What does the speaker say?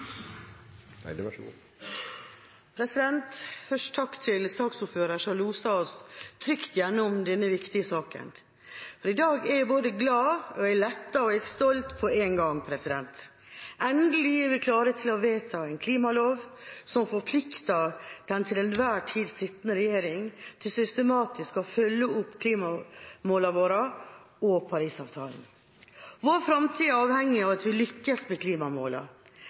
jeg både glad, lettet og stolt på en gang. Endelig er vi klare til å vedta en klimalov som forplikter den til enhver tid sittende regjering til systematisk å følge opp klimamålene våre og Paris-avtalen. Vår framtid er avhengig av at vi lykkes med